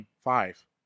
five